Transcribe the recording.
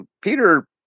Peter